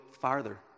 farther